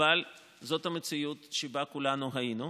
אבל זאת המציאות שבה כולנו היינו.